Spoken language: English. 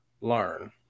learn